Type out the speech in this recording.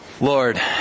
Lord